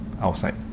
outside